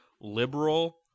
liberal